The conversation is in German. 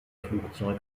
flugzeug